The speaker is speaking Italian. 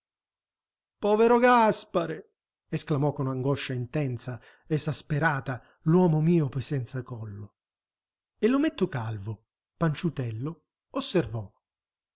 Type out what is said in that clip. povero gaspare esclamò con angoscia intensa esasperata l'uomo miope senza collo e l'ometto calvo panciutello osservò